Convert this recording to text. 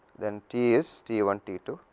then t is t one, t two,